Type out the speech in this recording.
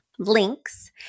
links